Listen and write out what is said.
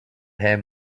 him